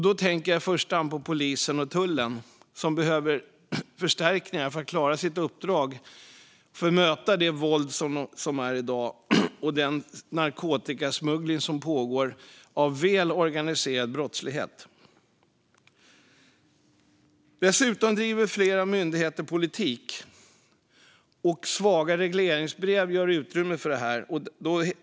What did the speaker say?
Då tänker jag i första hand på polisen och tullen, som behöver förstärkningar för att klara sitt uppdrag och för att möta det våld som är i dag och den narkotikasmuggling som pågår genom välorganiserad brottslighet. Dessutom driver flera myndigheter politik. Svaga regleringsbrev ger utrymme för det.